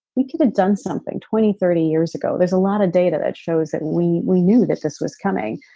we could have done something twenty, thirty years ago. there's a lot of data that shows that we we knew that this was coming.